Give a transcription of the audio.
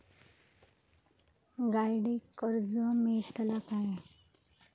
गाडयेक कर्ज मेलतला काय?